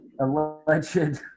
alleged